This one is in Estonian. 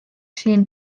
siin